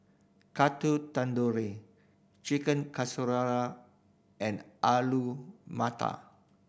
Ring Chicken and Alu Matar